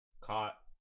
caught